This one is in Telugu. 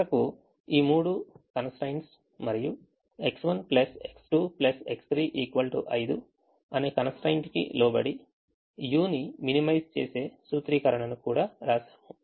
చివరకు ఈ మూడు constraints మరియు X1 X2 X3 5 అనే constraint కి లోబడి u ని minimise చేసే సూత్రీకరణను కూడావ్రాశాము